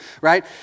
right